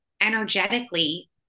energetically